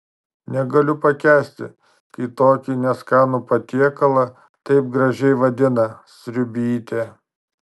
negaliu pakęsti kai tokį neskanų patiekalą taip gražiai vadina sriubytė